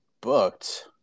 booked